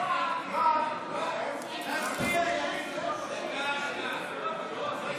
כל הממשלה, שכיבדה את